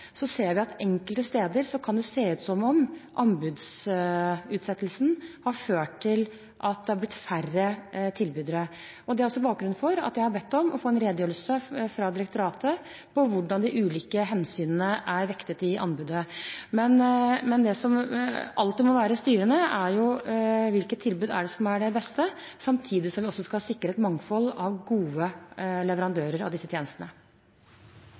så ser vi at enkelte steder kan det se ut som om anbudsutsettelsen har ført til at det er blitt færre tilbydere. Det er også bakgrunnen for at jeg har bedt om å få en redegjørelse fra direktoratet om hvordan de ulike hensynene er vektet i anbudet. Det som alltid må være styrende, er jo hvilket tilbud som er det beste, samtidig som vi også skal sikre et mangfold av gode leverandører av disse tjenestene.